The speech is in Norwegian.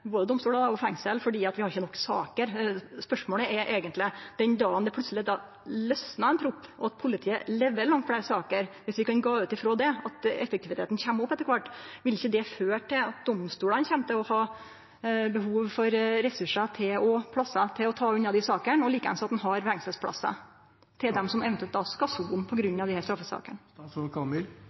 både domstolar og fengsel fordi vi ikkje har nok saker. Spørsmålet er eigentleg: Den dagen det plutseleg losnar ein propp og politiet leverer langt fleire saker – om vi kan gå ut frå at effektiviteten kjem opp etter kvart – vil ikkje det føre til at domstolane kjem til å ha behov for ressursar og plass til å ta unna desse sakene, og likeins at ein har fengselsplassar til dei som eventuelt skal sone på grunn av desse straffesakene? Jeg tror representanten har litt for store forhåpninger til hvor stor den